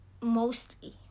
mostly